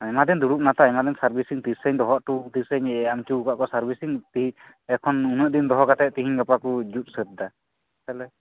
ᱟᱭᱢᱟ ᱫᱤᱱ ᱫᱩᱲᱩᱵ ᱱᱟᱛᱚ ᱟᱭᱢᱟ ᱫᱤᱱ ᱥᱟᱨᱵᱷᱤᱥᱤᱝ ᱛᱤᱥᱤᱧ ᱫᱚᱦᱚ ᱦᱚᱴᱚ ᱛᱤᱥᱤᱧ ᱮᱢ ᱦᱚᱴᱚᱣᱟᱠᱟᱫ ᱠᱚᱣᱟ ᱥᱟᱨᱵᱷᱤᱥᱤᱝ ᱮᱠᱷᱚᱱ ᱩᱱᱟᱹᱜ ᱫᱤᱱ ᱫᱚᱦᱚ ᱠᱟᱛᱮ ᱛᱮᱦᱮᱧ ᱜᱟᱯᱟ ᱠᱚ ᱡᱩᱫ ᱥᱟᱹᱛᱮᱫᱟ ᱛᱟᱞᱦᱮ